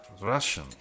Russian